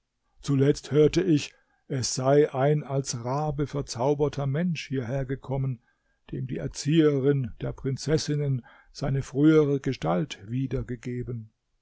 zuletzt hörte ich es sei ein als rabe verzauberter mensch hierhergekommen dem die erzieherin der prinzessinnen seine frühere gestalt wieder